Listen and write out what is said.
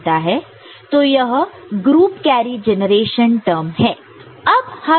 तो यह group carry generation term है